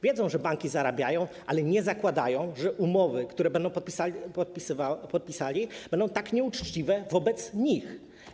Wiedzą, że banki zarabiają, ale nie zakładają, że umowy, które będą podpisywali, będą tak nieuczciwe wobec nich.